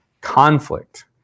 conflict